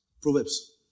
Proverbs